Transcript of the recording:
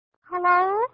Hello